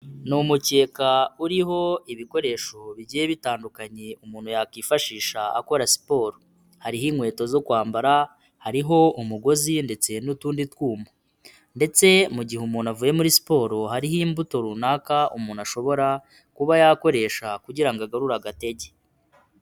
Ni umukeka uriho ibikoresho bigiye bitandukanye umuntu yakwifashisha akora siporo. Hariho inkweto zo kwambara, hariho umugozi ndetse n'utundi twuma. Ndetse mu gihe umuntu avuye muri siporo, hariho imbuto runaka umuntu ashobora kuba yakoresha kugira ngo agarure agatege.